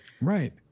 Right